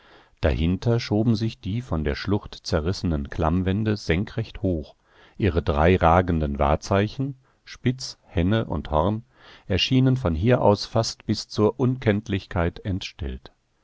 dahinter schoben sich die von der schlucht zerrissenen klammwände senkrecht hoch ihre drei ragenden wahrzeichen spitz henne und horn erschienen von hier aus fast bis zur unkenntlichkeit entstellt